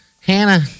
Hannah